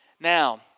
now